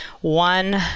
One